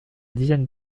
dizaine